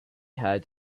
heard